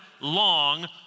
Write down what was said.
long